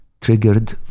triggered